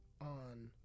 on